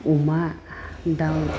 अमा दाव